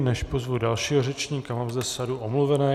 Než pozvu dalšího řečníka, mám zde sadu omluvenek.